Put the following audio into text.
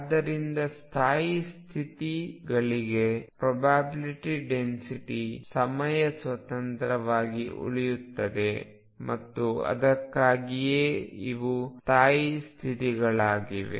ಆದ್ದರಿಂದ ಸ್ಥಾಯಿ ಸ್ಥಿತಿಗಳಿಗೆ ಪ್ರೊಬ್ಯಾಬಿಲ್ಟಿ ಡೆನ್ಸಿಟಿ ಸಮಯ ಸ್ವತಂತ್ರವಾಗಿ ಉಳಿಯುತ್ತದೆ ಮತ್ತು ಅದಕ್ಕಾಗಿಯೇ ಇವು ಸ್ಥಾಯಿ ಸ್ಥಿತಿಗಳಾಗಿವೆ